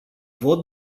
vot